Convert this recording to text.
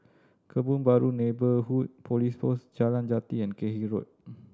Kebun Baru Neighbourhood Police Post Jalan Jati and Cairnhill Road